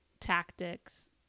tactics